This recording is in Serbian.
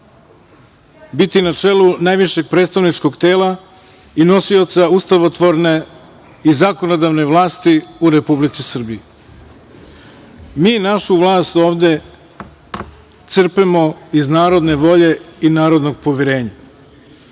biti na čelu najvišeg predstavničkog tela i nosioca ustavotvorne i zakonodavne vlasti u Republici Srbiji. Mi našu vlast ovde crpimo iz narodne volje i narodnog poverenja